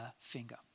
finger